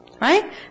Right